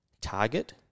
target